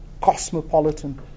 cosmopolitan